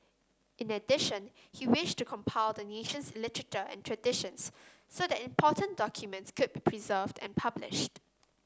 in addition he wished to compile the nation's literature and traditions so that important documents could be preserved and published